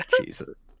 Jesus